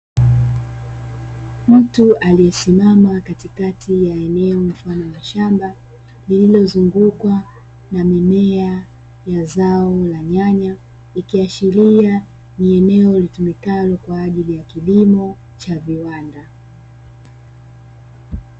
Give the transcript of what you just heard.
Mtu aliyesimama katikati ya eneo mfano wa shamba, lililozungukwa na mimea ya zao la nyanya, ikiashiria ni eneo litumikalo kwa ajili ya kilimo cha viwanda.